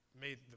made